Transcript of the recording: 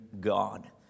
God